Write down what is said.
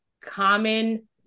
common